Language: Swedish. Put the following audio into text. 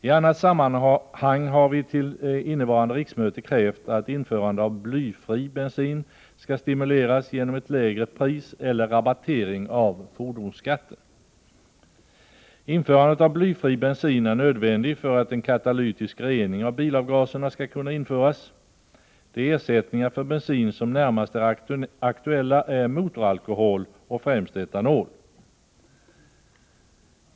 I annat sammanhang har vi till innevarande riksmöte krävt att införande av blyfri bensin skall stimuleras genom ett lägre pris eller genom rabattering av fordonsskatten. Införande av blyfri bensin är nödvändigt för att en katalytisk rening av bilavgaserna skall kunna införas. De ersättningar för bensin som närmast är aktuella är motoralkohol och främst etanol.